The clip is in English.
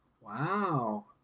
Wow